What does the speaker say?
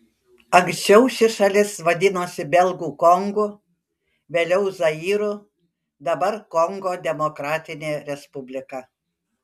anksčiau ši šalis vadinosi belgų kongu vėliau zairu dabar kongo demokratinė respublika